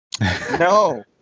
No